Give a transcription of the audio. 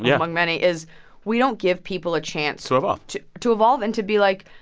yeah among many, is we don't give people a chance. to evolve. to to evolve and to be, like,